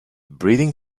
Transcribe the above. breeding